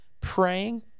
praying